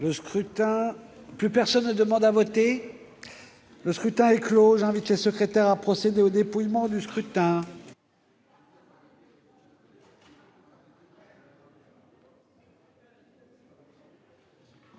Le scrutin est clos. J'invite Mmes et MM. les secrétaires à procéder au dépouillement du scrutin.